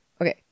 Okay